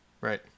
right